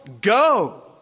Go